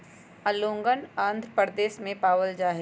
ओंगोलवन आंध्र प्रदेश में पावल जाहई